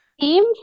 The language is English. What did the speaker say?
Team